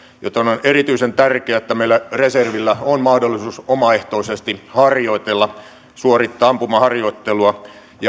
joten on erityisen tärkeää että meillä reservillä on mahdollisuus omaehtoisesti harjoitella suorittaa ampumaharjoittelua